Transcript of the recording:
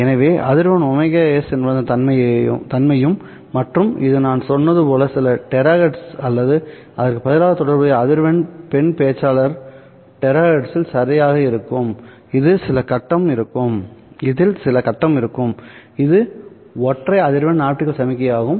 இது அதிர்வெண் ωs என்பதன் தன்மையும் மற்றும் இது நான் சொன்னது போல சில THz அல்லது அதற்கு பதிலாக தொடர்புடைய அதிர்வெண் பெண் பேச்சாளர் THz இல் சரியாக இருக்கும்இதில் சில கட்டம் ϕphase ϕ இருக்கும் இது ஒற்றை அதிர்வெண் ஆப்டிகல் சமிக்ஞையாகும்